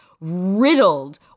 riddled